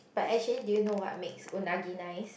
but actually do you know what makes unagi nice